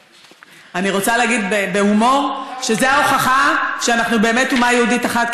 אני רוצה להגיד בהומור שזו ההוכחה שאנחנו באמת אומה יהודית אחת,